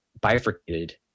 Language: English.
bifurcated